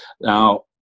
Now